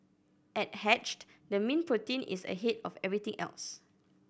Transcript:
at Hatched the mean protein is ahead of everything else